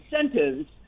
incentives